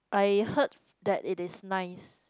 I heard that it is nice